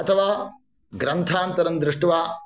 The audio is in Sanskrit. अथवा ग्रन्थान्तरन् दृष्ट्वा